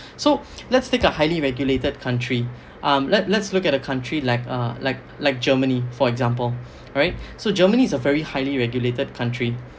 so let's take a highly regulated country um let let's look at a country like uh like like germany for example alright so germany's a very highly regulated country